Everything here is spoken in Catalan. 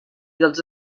dels